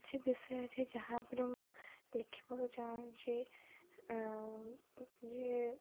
କିଛି ବିଷୟ ଅଛି ଯାହା ଉପରେ ମୁଁ ଲେଖିବାକୁ ଚାହୁଁଛି ଯେ